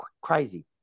Crazy